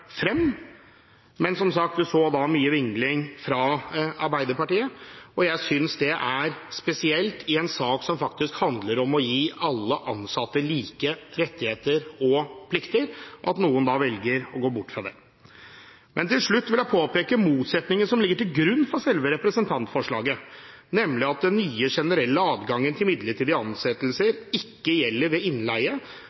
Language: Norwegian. frem. Som sagt, vi så mye vingling fra Arbeiderpartiet. Jeg synes det er spesielt at noen i en sak som faktisk handler om å gi alle ansatte like rettigheter og plikter, da velger å gå bort fra det. Til slutt vil jeg påpeke motsetningen som ligger til grunn for selve representantforslaget, nemlig at den nye generelle adgangen til midlertidige ansettelser